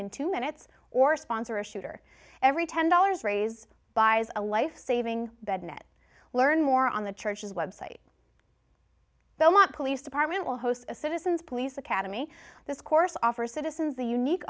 in two minutes or sponsor a shooter every ten dollars raise buys a life saving bed net learn more on the church's website belmont police department will host a citizens police academy this course offers citizens a unique